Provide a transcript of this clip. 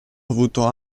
avuto